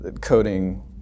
coding